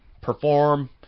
perform